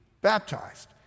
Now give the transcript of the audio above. Baptized